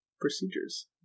procedures